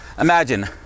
imagine